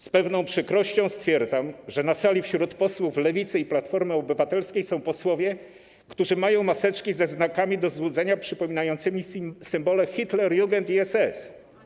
Z pewną przykrością stwierdzam, że na sali wśród posłów Lewicy i Platformy Obywatelskiej są posłowie, którzy mają maseczki ze znakami do złudzenia przypominającymi symbole Hitlerjugend i SS.